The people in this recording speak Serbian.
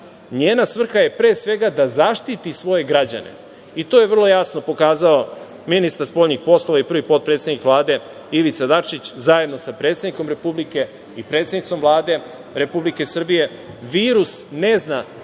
Njena svrha je pre svega da zaštiti svoje građane i to je vrlo jasno pokazao ministar spoljnih poslova i prvi potpredsednik Vlade Ivica Dačić, zajedno sa predsednikom Republike i predsednicom Vlade Republike Srbije. Virus ne zna